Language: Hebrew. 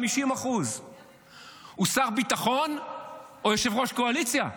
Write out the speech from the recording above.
50%. הוא שר ביטחון או יושב-ראש קואליציה?